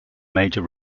major